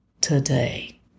today